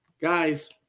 Guys